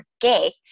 forget